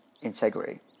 integrity